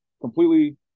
completely –